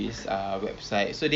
ya um